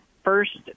first